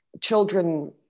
children